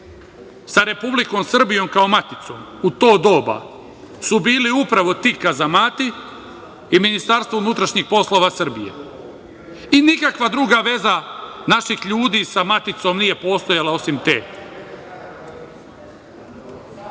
sa Republikom Srbijom kao maticom u to doba su bili upravo ti kazamati i Ministarstvo unutrašnjih poslova Srbije i nikakva druga veza naših ljudi sa maticom nije postojala osim te.A